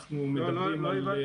אנחנו מדברים --- לא,